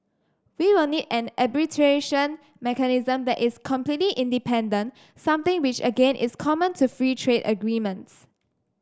we will need an arbitration mechanism that is completely independent something which again is common to free trade agreements